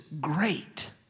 great